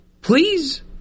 Please